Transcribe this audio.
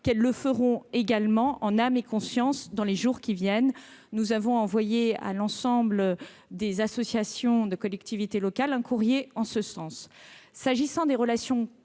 le feront également, en leur âme et conscience, dans les jours qui viennent. Nous avons envoyé à l'ensemble des associations de collectivités locales un courrier en ce sens. S'agissant des relations